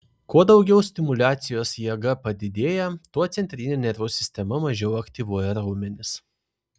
kuo daugiau stimuliacijos jėga padidėja tuo centrinė nervų sistema mažiau aktyvuoja raumenis